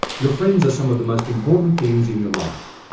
your friends are some of the most important things in your life.